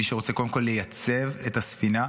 מי שרוצה קודם כול לייצב את הספינה,